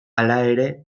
halere